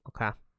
Okay